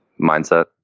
Mindset